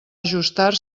ajustar